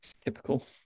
Typical